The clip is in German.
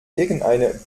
irgendeine